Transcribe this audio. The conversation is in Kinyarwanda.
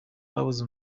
babuze